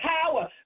power